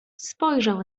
spojrzał